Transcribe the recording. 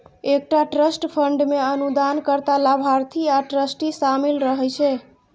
एकटा trust fund मे अनुदानकर्ता, लाभार्थी आ ट्रस्टी शामिल रहै छै